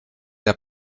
der